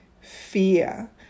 fear